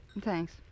Thanks